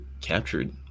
captured